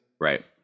right